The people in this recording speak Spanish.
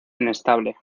inestable